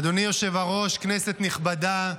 אדוני היושב-ראש, כנסת נכבדה,